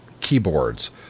keyboards